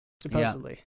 supposedly